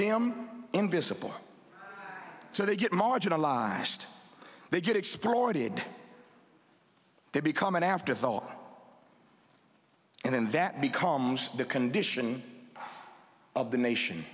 them invisible so they get marginalized they get exploited they become an afterthought and then that becomes the condition of the nation